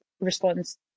responds